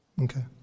okay